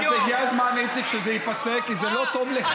אז הגיע הזמן, איציק, שזה ייפסק, כי זה לא טוב לך.